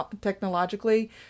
technologically